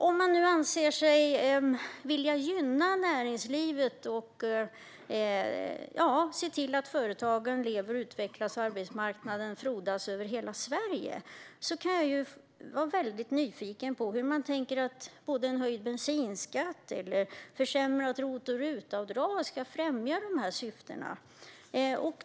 Om man anser sig vilja gynna näringslivet och se till att företagen lever och utvecklas och att arbetsmarknaden frodas över hela Sverige blir jag nyfiken på hur man tror att höjd bensinskatt och försämrat ROT och RUT-avdrag ska främja det.